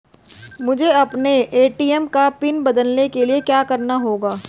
मुझे अपने ए.टी.एम का पिन बदलने के लिए क्या करना होगा?